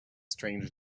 strange